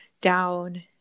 down